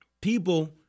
people